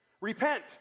Repent